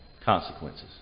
consequences